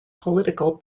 political